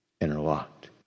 interlocked